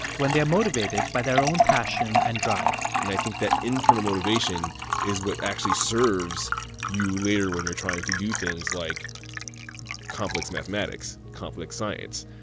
when they're motivated by their own passion and drive and i think that internal motivation is what actually serves you later when you're trying to do things like complex mathematics, complex science.